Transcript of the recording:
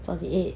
forty eight